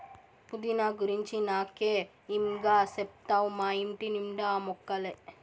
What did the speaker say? పుదీనా గురించి నాకే ఇం గా చెప్తావ్ మా ఇంటి నిండా ఆ మొక్కలే